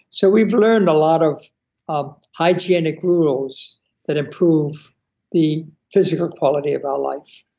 so we've learned a lot of um hygienic rules that improve the physical quality of our life,